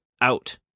out